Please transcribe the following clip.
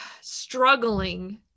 struggling